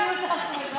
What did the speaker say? לי.